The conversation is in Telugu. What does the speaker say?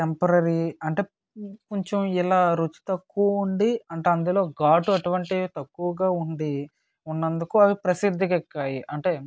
టెంపరరీ అంటే కొంచం ఇలా రుచి తక్కువ ఉండి అంటే అందులో ఘాటు అటువంటివి తక్కువగా ఉండి ఉన్నందుకు అవి ప్రసిద్ధికెక్కాయి అంటే